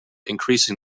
increasing